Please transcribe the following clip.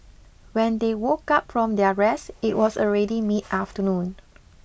when they woke up from their rest it was already mid afternoon